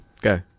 Go